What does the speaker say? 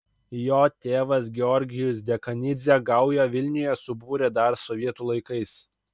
jo tėvas georgijus dekanidzė gaują vilniuje subūrė dar sovietų laikais